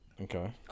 Okay